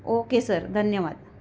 okay sir धन्यवाद